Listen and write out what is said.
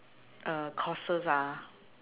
uh courses ah